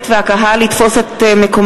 אבקש מחברי הכנסת והקהל לכבד את כניסת הנשיא